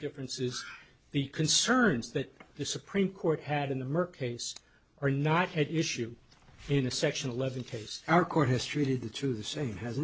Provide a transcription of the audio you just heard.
differences the concerns that the supreme court had in the merck case are not at issue in a section eleven case our court history to them to the same has